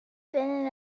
been